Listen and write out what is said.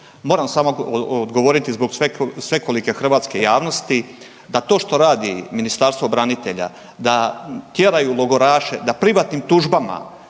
Moram samo odgovoriti zbog svekolike hrvatske javnosti, da to što radi Ministarstvo branitelja da tjeraju logoraše da privatnim tužbama